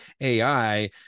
AI